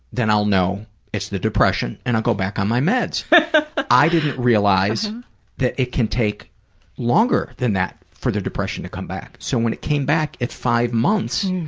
then i'll know it's the depression, and i'll go back on my meds. but i didn't realize that it can take longer than that for the depression to come back. so when it came back at five months,